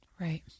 Right